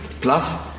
plus